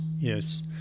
yes